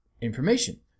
information